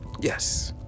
Yes